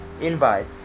invite